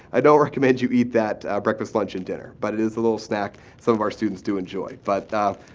i don't recommend you eat that ah breakfast, lunch and dinner. but it is a little snack some of our students do enjoy. but ah,